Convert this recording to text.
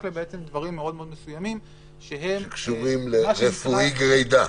רק לדברים מאוד מאוד מסוימים -- קשורים לרפואי גרידא.